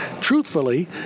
truthfully